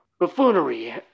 buffoonery